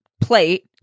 plate